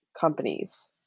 companies